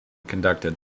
conducted